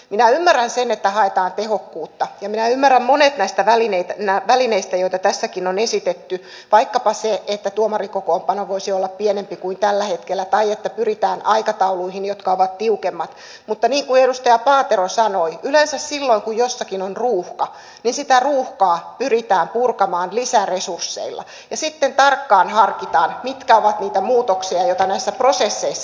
minä ymmärrän sen että haetaan tehokkuutta ja minä ymmärrän monet näistä välineistä joita tässäkin on esitetty vaikkapa sen että tuomarikokoonpano voisi olla pienempi kuin tällä hetkellä tai että pyritään aikatauluihin jotka ovat tiukemmat mutta niin kuin edustaja paatero sanoi yleensä silloin kun jossakin on ruuhka niin sitä ruuhkaa pyritään purkamaan lisäresursseilla ja sitten tarkkaan harkitaan mitkä ovat niitä muutoksia joita näissä prosesseissa tehdään